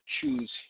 choose